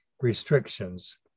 restrictions